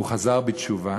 הוא חזר בתשובה